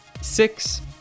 six